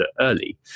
early